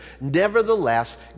Nevertheless